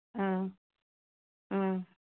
অঁ